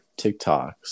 TikToks